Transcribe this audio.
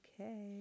Okay